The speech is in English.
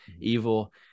evil